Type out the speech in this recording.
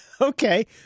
Okay